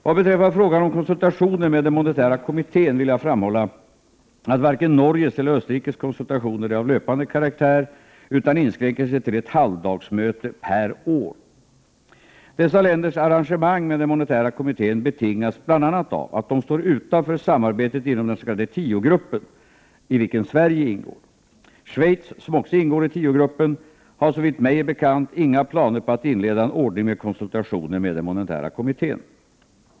Vad beträffar frågan om konsultationer med den monetära kommittén vill jag framhålla att varken Norges eller Österrikes konsultationer är av löpande karaktär utan inskränker sig till ett halvdagsmöte per år. Dessa länders arrangemang med den monetära kommittén betingas bl.a. av att de står utanför samarbetet inom den s.k. tio-gruppen, i vilken Sverige ingår. Schweiz, som också ingår i tio-gruppen, har såvitt mig är bekant inga planer på att inleda en ordning med konsultationer med den monetära kommittén.